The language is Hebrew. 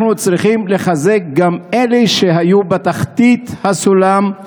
אנחנו צריכים לחזק גם את אלה שהיו בתחתית הסולם,